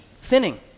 thinning